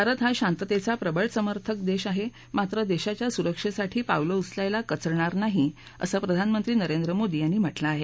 भारत हा शांततेचा प्रबळ समर्थक देश आहे मात्र देशाच्या सुरक्षेसाठी पावलं उचलायला कचरणार नाही असं प्रधानमंत्री नरेंद्र मोदी यांनी म्हटलं आहे